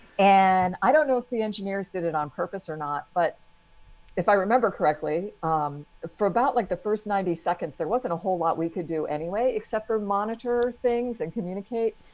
and i don't know if the engineers did it on purpose or not. but if i remember correctly for about like the first ninety seconds, there wasn't a whole lot we could do anyway except for monitor things and communicate.